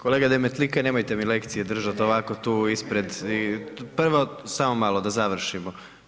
Kolega Demetlika, nemojte mi lekcije držati ovako tu ispred, prvo, samo malo, da završimo.